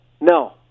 No